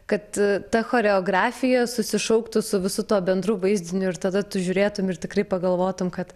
kad ta choreografija susišauktų su visu tuo bendru vaizdiniu ir tada tu žiūrėtum ir tikrai pagalvotum kad